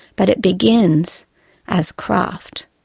but it begins as craft.